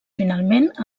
finalment